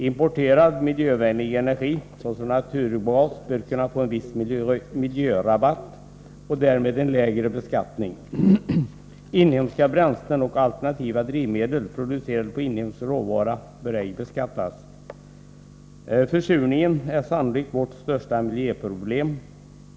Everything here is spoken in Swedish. Importerad miljövänlig energi, såsom naturgas, bör kunna få en viss ”miljörabatt” och därmed en lägre beskattning. Inhemska bränslen och alternativa drivmedel producerade på inhemsk råvara bör ej beskattas. Försurningen är sannolikt vårt största miljöproblem.